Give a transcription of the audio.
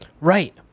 Right